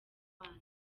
bana